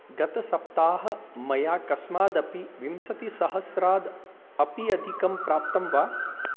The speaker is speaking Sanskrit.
गतसप्ताहे मया कस्मात् अपि विंशतिसहस्रात् अपि अधिकं प्राप्तं वा